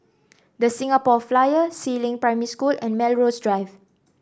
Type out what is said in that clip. The Singapore Flyer Si Ling Primary School and Melrose Drive